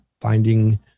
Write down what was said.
finding